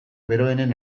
beroenen